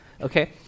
okay